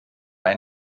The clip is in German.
ein